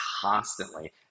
constantly